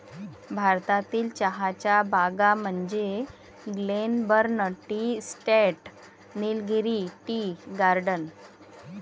भारतातील चहाच्या बागा म्हणजे Glenburn tea estate, Nilgiri tea garden